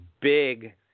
big